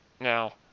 Now